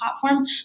platform